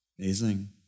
Amazing